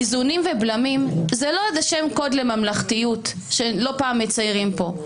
איזונים ובלמים זה לא איזה שם קוד לממלכתיות שלא פעם מציירים כאן.